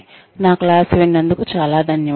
నా క్లాస్ విన్నందుకు చాలా ధన్యవాదాలు